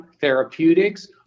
Therapeutics